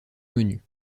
menu